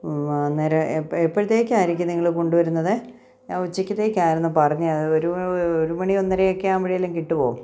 അന്നേരം എപ്പോഴത്തേക്ക് ആയിരിക്കും നിങ്ങൾ കൊണ്ടുവരുന്നത് ഞാൻ ഉച്ചക്കത്തേക്ക് ആയിരുന്നു പറഞ്ഞത് ഒരു ഒരു മണി ഒന്നരയൊക്കെ ആവുമ്പോൾ കിട്ടുമോ